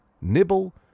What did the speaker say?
nibble